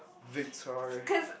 Victoria